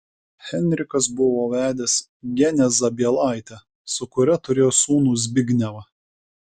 henrikas buvo vedęs genę zabielaitę su kuria turėjo sūnų zbignevą